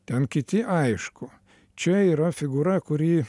ten kiti aišku čia yra figūra kuri